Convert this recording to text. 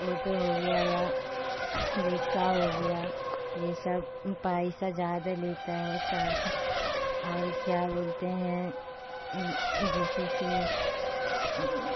auto ہو گیا یا رکشہ ہو گیا یہ سب پیسہ زیادہ لیتا ہے چارج اور کیا بولتے ہیں جیسے کہ